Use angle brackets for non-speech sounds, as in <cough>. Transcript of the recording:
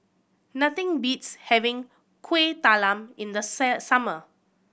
nothing beats having Kuih Talam in the <unintelligible> summer